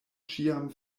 ĉiam